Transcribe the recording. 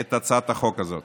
את הצעת החוק הזאת.